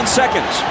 seconds